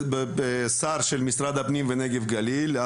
שר של משרד הפנים ונגב גליל,